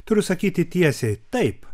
turiu sakyti tiesiai taip